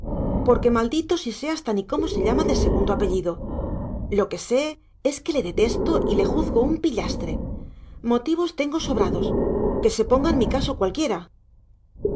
porque maldito si sé hasta ni cómo se llama de segundo apellido lo que sé es que le detesto y le juzgo un pillastre motivos tengo sobrados que se ponga en mi caso cualquiera